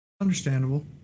understandable